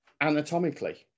anatomically